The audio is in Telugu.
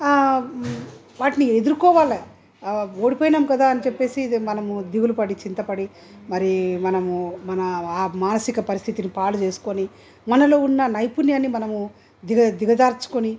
వాటిని ఎదురుకోవాలి ఓడిపోయాము కదా అని చెప్పేసి అది మనము దిగులుపడి చింతపడి మరి మనము మన మానసిక పరిస్థితిని పాడుచేసుకొని మనలో ఉన్న నైపుణ్యాన్ని మనము దిగ దిగజార్చుకొని